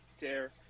dare